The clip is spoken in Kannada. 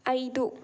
ಐದು